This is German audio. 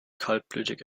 kaltblütig